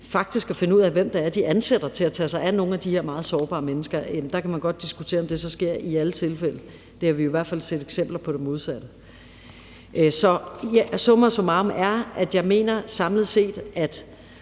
faktisk at finde ud af, hvem det er, de ansætter til at tage sig af nogle af de her meget sårbare mennesker, godt kan diskutere, om det så sker i alle tilfælde, og der har vi jo i hvert fald set eksempler på det modsatte. Så summa summarum er, at jeg samlet set